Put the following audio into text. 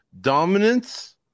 dominance